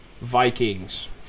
Vikings